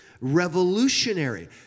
revolutionary